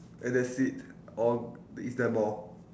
and that's it or is there more